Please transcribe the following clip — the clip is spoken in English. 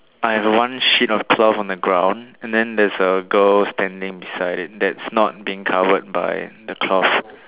I have one sheet of cloth on the ground and then there's a girl standing beside it that's not being covered by the cloth